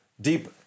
deep